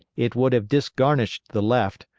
it would have disgarnished the left,